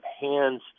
hands